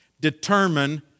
determine